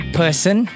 person